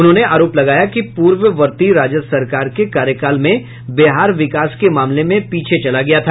उन्होंने आरोप लगाया कि पूर्ववर्ती राजद सरकार के कार्यकाल में बिहार विकास के मामले में पीछे चला गया था